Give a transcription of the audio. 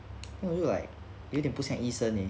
then look like 有点不像医生 eh